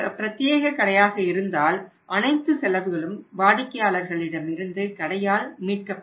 பிரத்தியேக கடையாக இருந்தால் அனைத்து செலவுகளும் வாடிக்கையாளர்களிடம் இருந்து கடையால் மீட்கப்படும்